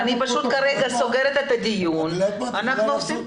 אני סוגרת את הדיון כרגע.